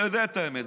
אתה יודע את האמת.